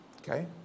okay